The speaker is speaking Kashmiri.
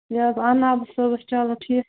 یہِ حظ انٛناو بہٕ صُبحَس چلو ٹھیٖک